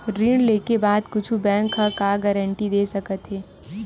ऋण लेके बाद कुछु बैंक ह का गारेंटी दे सकत हे?